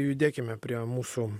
judėkime prie mūsų